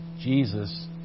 Jesus